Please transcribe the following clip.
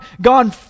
gone